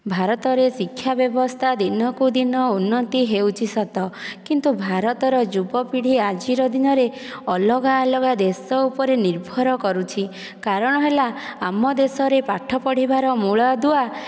ଭାରତର ଶିକ୍ଷା ବ୍ୟବସ୍ଥା ଦିନକୁ ଦିନ ଉନ୍ନତି ହେଉଛି ସତ କିନ୍ତୁ ଭାରତର ଯୁବପିଢ଼ି ଆଜିର ଦିନରେ ଅଲଗା ଅଲଗା ଦେଶର ଉପରେ ନିର୍ଭର କରୁଛି କାରଣ ହେଲା ଆମ ଦେଶରେ ପାଠ ପଢ଼ିବାର ମୂଳଦୁଆ